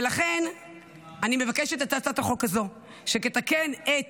ולכן אני מבקשת את הצעת החוק הזו, שתתקן את